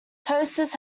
toasters